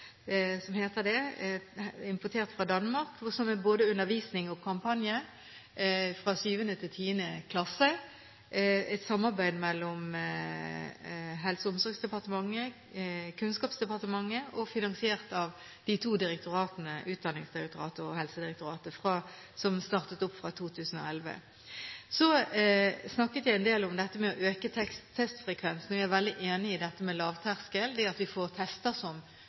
et samarbeid mellom Helse- og omsorgsdepartementet og Kunnskapsdepartementet, og det er finansiert av de to direktoratene Utdanningsdirektoratet og Helsedirektoratet som startet i 2011. Så snakket jeg en del om å øke testfrekvensen. Jeg er veldig enig i dette med lavterskel, det at vi får tester som